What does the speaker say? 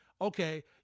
okay